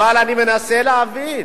אבל אני מנסה להבין.